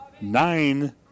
Nine